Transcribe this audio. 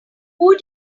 who